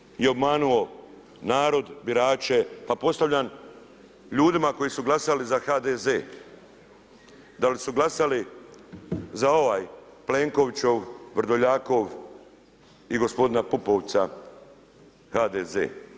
Plenković je obmanuo narod, birače, pa postavljam ljudima koji su glasali za HDZ, da li su glasali za ovaj Plenkovićev – Vrdoljakov i gospodina Pupovca HDZ?